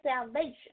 salvation